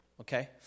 Okay